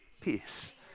peace